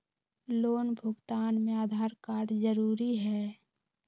Loan भुगतान में Aadhaar card जरूरी है?